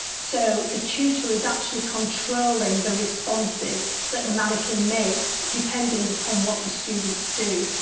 so the tutor is actually controlling the responses that the manikin makes, dependent upon what the students do.